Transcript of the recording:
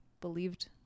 believed